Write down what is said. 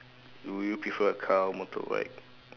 do you prefer a car or motorbike